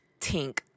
Tink